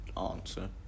answer